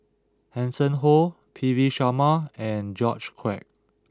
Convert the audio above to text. Hanson Ho P V Sharma and George Quek